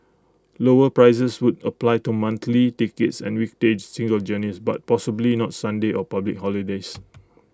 lower prices would apply to monthly tickets and weekday single journeys but possibly not Sundays or public holidays